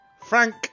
Frank